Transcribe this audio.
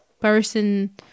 person